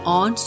on